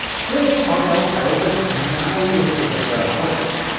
philip arnold however, denied that it was ever a hoax,